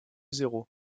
zéro